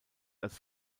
als